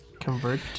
convert